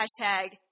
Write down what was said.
Hashtag